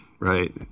right